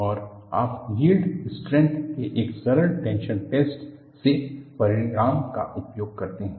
और आप yield strength के एक सरल टेंशन टैस्ट से परिणाम का उपयोग करते हैं